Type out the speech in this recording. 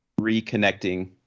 reconnecting